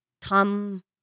Tom